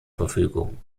verfügung